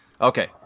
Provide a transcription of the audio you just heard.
Okay